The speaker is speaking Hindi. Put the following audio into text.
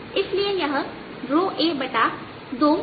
इसलिए यह a20 के बराबर है